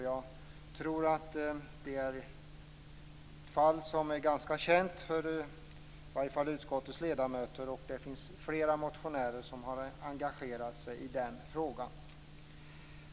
Jag tror att det fallet är ganska känt, i varje fall för utskottets ledamöter. Flera motionärer har engagerat sig i frågan.